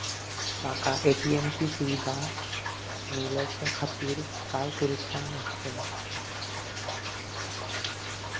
माका ए.टी.एम ची सुविधा मेलाच्याखातिर काय करूचा लागतला?